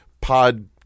pod